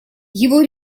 его